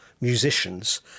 musicians